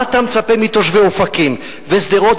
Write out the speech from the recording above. מה אתה מצפה מתושבי אופקים ושדרות?